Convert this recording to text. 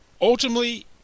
ultimately